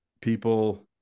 people